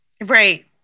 Right